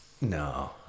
No